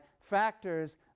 factors